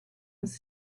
was